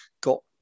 got